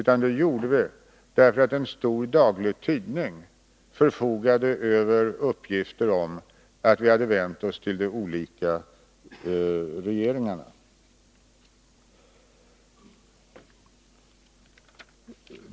Vi gjorde det därför att en stor daglig tidning förfogade över uppgifter om att vi hade vänt oss till de olika regeringarna.